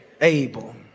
able